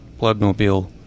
bloodmobile